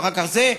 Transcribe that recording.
ואחר כך זה.